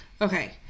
Okay